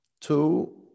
two